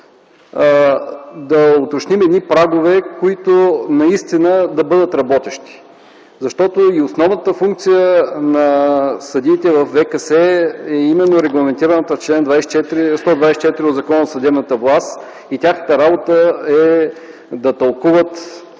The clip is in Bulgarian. да уточним прагове, които наистина да бъдат работещи. Защото основната функция на съдиите във ВКС е именно регламентираната в чл. 124 от Закона за съдебната власт и тяхната работа – основната